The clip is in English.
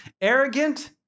arrogant